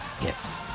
Yes